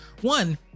one